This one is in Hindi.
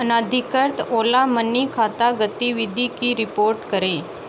अनाधिकृत ओला मनी खाता गतिविधि की रिपोर्ट करें